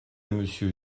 monsieur